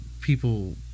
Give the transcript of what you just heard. people